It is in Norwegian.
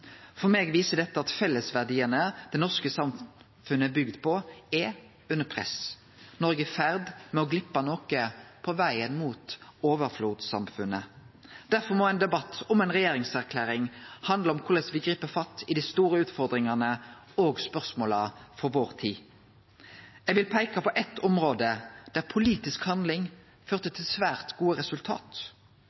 For meg viser dette at fellesverdiane det norske samfunnet er bygde på, er under press. Noreg er i ferd med å gleppe noko på vegen mot overflodssamfunnet. Derfor må ein debatt om ei regjeringserklæring handle om korleis me grip fatt i dei store utfordringane og spørsmåla for vår tid. Eg vil peike på eitt område der politisk handling førte til svært gode resultat.